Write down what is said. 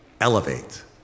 Elevate